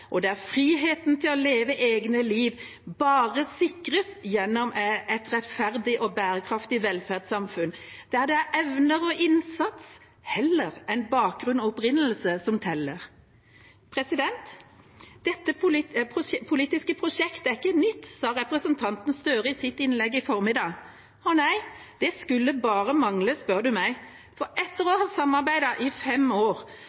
for alle, der friheten til å leve egne liv bare sikres gjennom et rettferdig og bærekraftig velferdssamfunn, der det er evner og innsats heller enn bakgrunn og opprinnelse som teller. «Dette politiske prosjektet er ikke nytt», sa representanten Gahr Støre i sitt innlegg i formiddag. Nei, det skulle bare mangle, spør du meg. Etter å ha samarbeidet i fem år